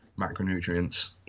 macronutrients